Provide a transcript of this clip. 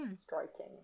striking